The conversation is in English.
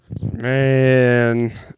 man